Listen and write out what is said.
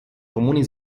comuni